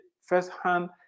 firsthand